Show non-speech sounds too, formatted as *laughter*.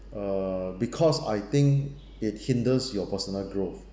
err because I think it hinders your personal growth *breath*